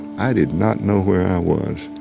i did not know where i was.